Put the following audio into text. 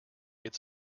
its